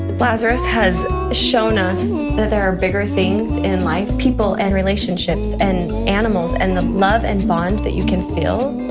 lazarus has shown us that there are bigger things in life. people, and relationships, and animals, and the love and bond that you can feel,